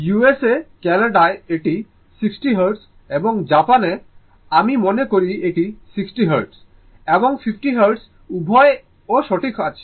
উস Canada য় এটি 60 hertz এবং জাপানে আমি মনে করি এটি 60 হার্টজ এবং 50 হার্টজ উভয়ই ও সঠিক আছে